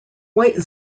white